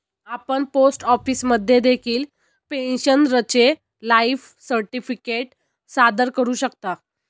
आपण पोस्ट ऑफिसमध्ये देखील पेन्शनरचे लाईफ सर्टिफिकेट सादर करू शकता